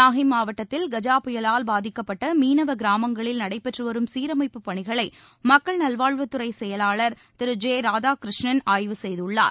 நாகைமாவட்டத்தில் கஜா புயலால் பாதிக்கப்பட்டமீனவகிராமங்களில் நடைபெற்றுவரும் சீரமைப்புப் பணிகளைமக்கள் நல்வாழ்வுத்துறைசெயலாளர் திரு ஜெ ராதாகிருஷ்ணன் ஆய்வுசெய்துள்ளார்